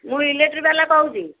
ମୁଁ ଇଲେକ୍ଟ୍ରିକ୍ ବାଲା କହୁଛି